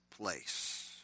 place